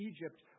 Egypt